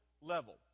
level